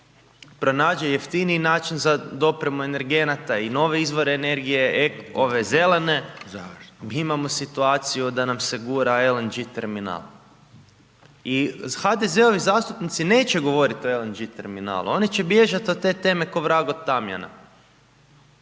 pronađe jeftiniji način za dopremu energenata i nove izvore energije, zelene, mi imamo situaciju da nam se gura LNG terminal. I HDZ-ovi zastupnici neće govoriti o LNG terminalu, oni će bježati od te teme kao vrag od tamjana.